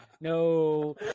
no